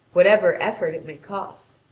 whatever effort it may cost!